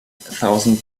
thousand